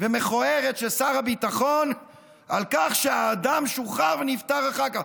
ומכוערת של שר הביטחון על כך שהאדם שוחרר ונפטר אחר כך.